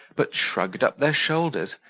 but shrugged up their shoulders,